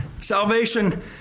Salvation